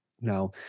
Now